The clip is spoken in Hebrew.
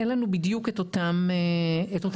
אין לנו בדיוק את אותם תחומים.